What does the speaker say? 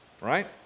right